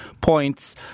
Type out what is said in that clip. points